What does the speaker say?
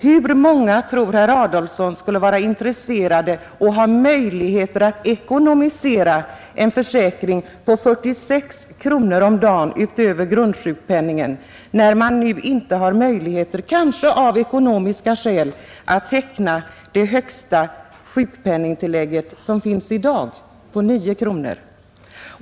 Hur många tror herr Adolfsson skulle vara intresserade av och ha möjligheter att ekonomisera en försäkring på 46 kronor om dagen utöver grundsjukpenningen, när man nu inte tillvaratar möjligheterna — kanske av ekonomiska skäl — att teckna det högsta sjukpenningtillägget som finns i dag, på 9 kronor?